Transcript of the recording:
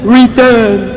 return